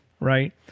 right